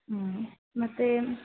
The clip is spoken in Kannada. ಹ್ಞೂ ಮತ್ತೆ